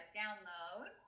download